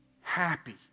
happy